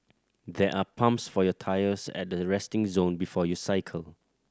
there are pumps for your tyres at the resting zone before you cycle